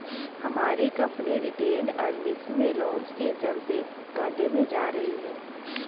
हमारी company retained earnings में loss के चलते घाटे में जा रही है